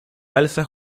alza